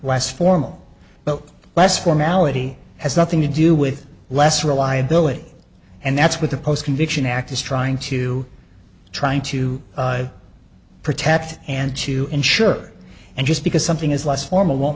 less formal but less formality has nothing to do with less reliability and that's what the post conviction act is trying to trying to protect and to ensure and just because something is less formal won't